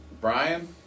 Brian